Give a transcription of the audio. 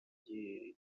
byerekanye